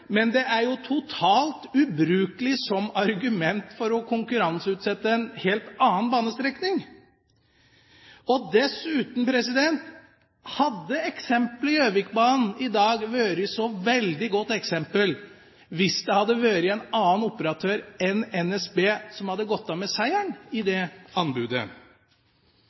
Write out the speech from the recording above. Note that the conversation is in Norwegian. Men det er jo totalt ubrukelig som argument for å konkurranseutsette en helt annen banestrekning. Dessuten: Hadde eksemplet Gjøvikbanen i dag vært et så veldig godt eksempel hvis det hadde vært en annen operatør enn NSB som hadde gått av med seieren i